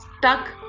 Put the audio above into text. stuck